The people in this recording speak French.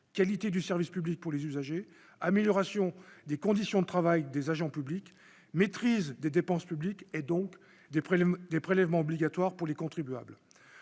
qualité du service public pour les usagers, amélioration des conditions de travail des agents publics, maîtrise des dépenses publiques et donc des prélèvements des prélèvements obligatoires pour les contribuables